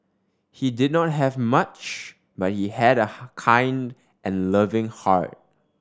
he did not have much but he had a kind and loving heart